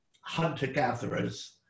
hunter-gatherers